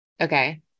Okay